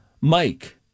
Mike